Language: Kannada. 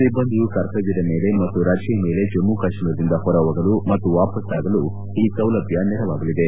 ಸಿಬ್ಬಂದಿಯು ಕರ್ತವ್ಯದ ಮೇಲೆ ಮತ್ತು ರಜೆಯ ಮೇಲೆ ಜಮ್ಲು ಕಾಶ್ಮೀರದಿಂದ ಹೊರಹೋಗಲು ಮತ್ತು ವಾಪಸ್ಸಾಗಲು ಈ ಸೌಲಭ್ಣ ನೆರವಾಗಲಿದೆ